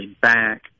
back